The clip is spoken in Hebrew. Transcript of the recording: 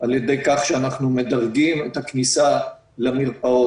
על ידי כך שאנחנו מדרגים את הכניסה למרפאות.